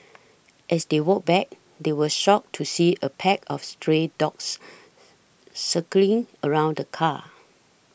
as they walked back they were shocked to see a pack of stray dogs circling around the car